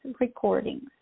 recordings